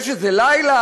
יש איזה לילה,